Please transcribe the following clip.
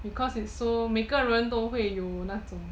because it's so 每个人都会有那种